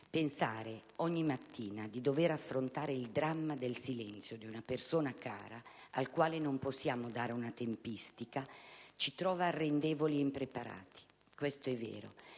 Pensare ogni mattina di dover affrontare il dramma del silenzio di una persona cara, al quale non possiamo dare una tempistica, ci trova arrendevoli e impreparati. Questo è vero.